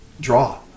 draw